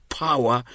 power